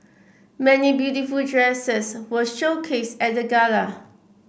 many beautiful dresses were showcased at the gala